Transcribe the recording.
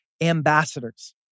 ambassadors